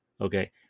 Okay